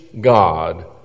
God